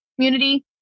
community